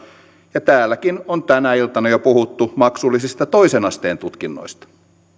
ja täälläkin on jo tänä iltana puhuttu maksullisista toisen asteen tutkinnoista